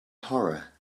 horror